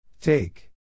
Take